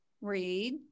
read